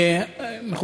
אדוני.